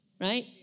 Right